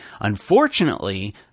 Unfortunately